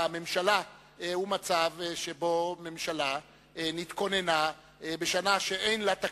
הממשלה הוא מצב שבו ממשלה התכוננה בשנה שאין לה תקציב.